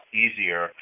easier